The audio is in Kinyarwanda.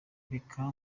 baka